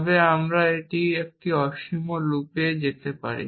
তবে আমরা এটিকে একটি অসীম লুপে পেতে পারি